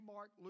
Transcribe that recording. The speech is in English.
Mark